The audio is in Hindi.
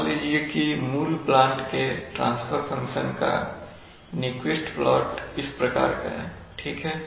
मान लीजिए कि मूल प्लांट के ट्रांसफर फंक्शन का नक्विस्ट प्लॉट इस प्रकार का है ठीक है